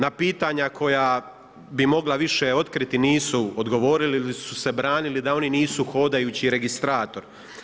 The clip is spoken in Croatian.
Na pitanja koja bi mogla više otkriti nisu odgovorili ili su se branili da oni nisu hodajući registrator.